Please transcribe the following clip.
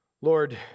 Lord